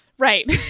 Right